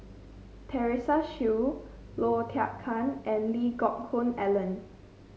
Teresa Hsu Low Thia Khiang and Lee Geck Hoon Ellen